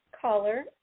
caller